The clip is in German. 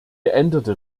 geänderte